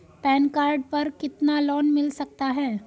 Pan card पर कितना loan मिल सकता है?